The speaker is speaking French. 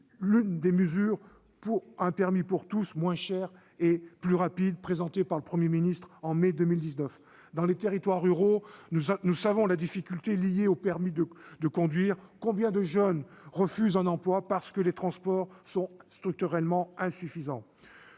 l'une des « mesures pour un permis pour tous, moins cher et plus rapide » présentées par le Premier ministre en mai 2019. Dans les territoires ruraux, nous savons les difficultés liées à l'obtention du permis de conduire. Combien de jeunes refusent un emploi parce que les transports en commun sont structurellement insuffisants ?